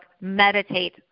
meditate